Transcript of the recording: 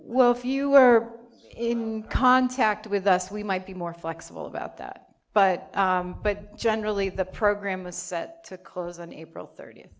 well if you were in contact with us we might be more flexible about that but but generally the program was set to close on april thirtieth